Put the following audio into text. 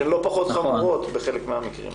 שהן לא פחות חמורות בחלק מן המקרים.